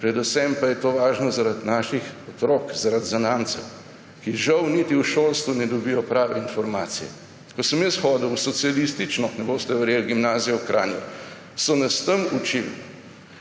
predvsem pa je to važno zaradi naših otrok, zaradi zanamcev, ki žal niti v šolstvu ne dobijo prave informacije. Ko sem jaz hodil v socialistično – ne boste verjeli – gimnazijo v Kranju, so nas tam učili,